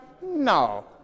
No